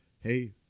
hey